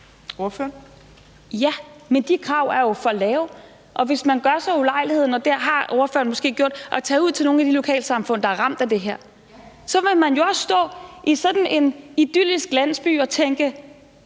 Jo, men de krav er jo for lave. Og hvis man gør sig ulejligheden – og det har ordføreren måske gjort – at tage ud til nogle af de lokalsamfund, der er ramt af det her, så vil man jo også stå i sådan en idyllisk landsby og tænke: